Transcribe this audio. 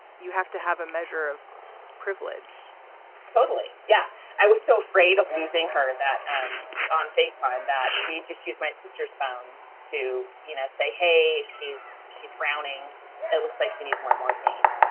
you have to have a measure of privilege totally, yeah. i was so afraid of losing her that and on face time that we just she's my sister sound to you know say, hey, she's she's frowning it looks like she needs more and morphine.